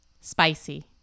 Spicy